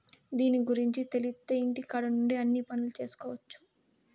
దీని గురుంచి తెలిత్తే ఇంటికాడ నుండే అన్ని పనులు చేసుకొవచ్చు